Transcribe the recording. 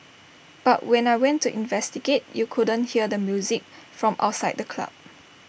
but when I went to investigate you couldn't hear the music from outside the club